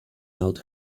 out